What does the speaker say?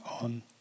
on